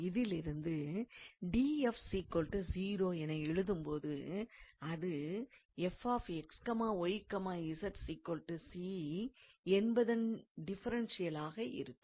இதிலிருந்து என்று எழுதும்போது அது என்பதன் டிஃபரன்ஷியலாக இருக்கும்